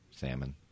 Salmon